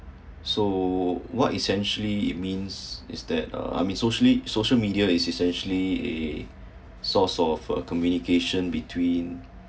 so what essentially it means is that uh I mean socially social media is essentially eh source of uh communication between